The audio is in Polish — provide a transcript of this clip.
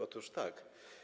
Otóż tak.